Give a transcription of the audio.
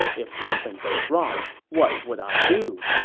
if something goes wrong, what would i do?